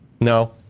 no